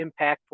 impactful